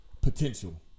Potential